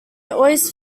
always